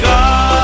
God